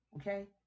okay